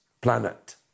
planet